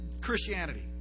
Christianity